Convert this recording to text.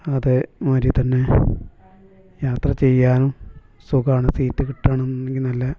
അതേമാതിരിത്തന്നെ യാത്ര ചെയ്യാനും സുഖമാണ് സീറ്റ് കിട്ടണമെങ്കിൽ നല്ല